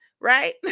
right